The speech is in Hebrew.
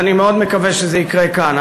ואני מאוד מקווה שזה יקרה כאן.